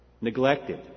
neglected